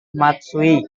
matsui